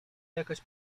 jakaś